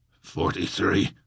Forty-three